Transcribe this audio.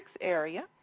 area